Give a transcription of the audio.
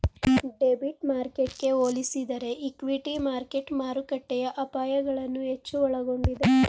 debit ಮಾರ್ಕೆಟ್ಗೆ ಹೋಲಿಸಿದರೆ equity market ಮಾರುಕಟ್ಟೆಯ ಅಪಾಯಗಳನ್ನು ಹೆಚ್ಚು ಒಳಗೊಂಡಿದೆ